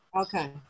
Okay